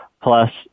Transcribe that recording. plus